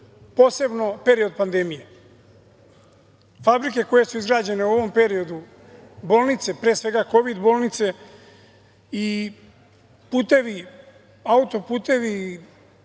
posebno period pandemije. Fabrike koje su izgrađene u ovom periodu, bolnice, pre svega kovid bolnice, i putevi, autoputevi